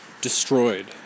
destroyed